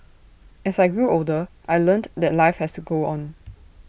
as I grew older I learnt that life has to go on